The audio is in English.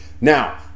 Now